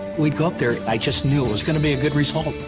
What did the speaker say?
we'd go up there i just knew it was going to be a good result.